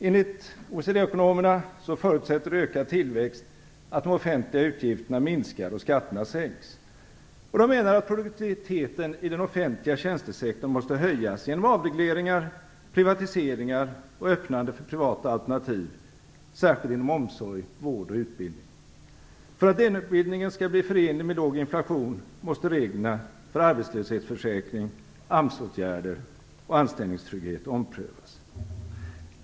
Enligt OECD-ekonomerna förutsätter ökad tillväxt att de offentliga utgifterna minskar och skatterna sänks. De menar att produktiviteten i den offentliga tjänstesektorn måste höjas genom avregleringar, privatiseringar och öppnande för privata alternativ, särskilt inom omsorg, vård och utbildning. För att lönebildningen skall bli förenlig med låg inflation måste reglerna för arbetslöshetsförsäkring, AMS-åtgärder och anställningstrygghet omprövas.